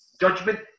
Judgment